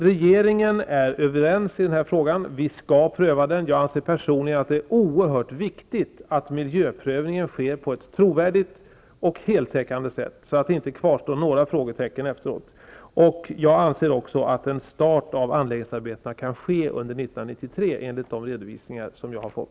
Regeringen är i den här frågan överens. Vi skall pröva förbindelsen, och jag anser personligen att det är oerhört viktigt att miljöprövningen sker på ett trovärdigt och heltäckande sätt så att det inte kvarstår några frågetecken efteråt. Jag anser också att en start av anläggningsarbetena kan ske under år 1993, enligt de redovisningar som jag har fått.